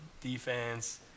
defense